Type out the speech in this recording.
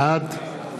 בעד